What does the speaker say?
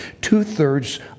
Two-thirds